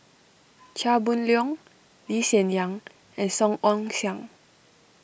Chia Boon Leong Lee Hsien Yang and Song Ong Siang